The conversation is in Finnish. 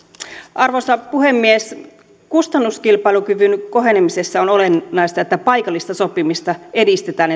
arvoisa puhemies kustannuskilpailukyvyn kohenemisessa on olennaista että paikallista sopimista edistetään